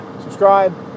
subscribe